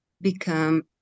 become